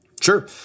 Sure